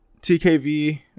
TKV